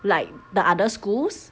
like the other schools